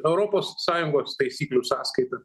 europos sąjungos taisyklių sąskaita